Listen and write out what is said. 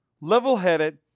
level-headed